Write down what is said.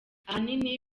ahanini